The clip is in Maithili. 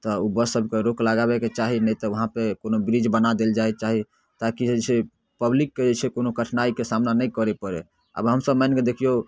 तऽ उ बस सभके रोक लगाबेके चाही नहि तऽ उहाँपर कोनो ब्रिज बना देल जाइ चाहे ताकि जे छै पब्लिकके जे छै कोनो कठिनाइके सामना नहि करय पड़य आब हमसभ मानिकऽ देखियौ